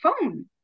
phone